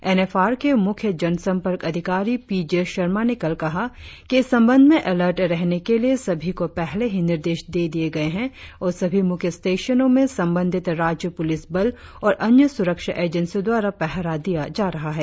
N F R के मुख्य जनसंपर्क अधिकारी पी जे शर्मा ने कल कहा कि इस संबंध में एलर्ट रहने के लिए सभी को पहले ही निर्देश दे दिए गए है और सभी मुख्य स्टेशनों मे संबंधित राज्य पुलिस बल और अन्य सुरक्षा एजेन्सियों द्वारा पहरा दिया जा रहा है